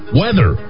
weather